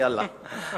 יאללה.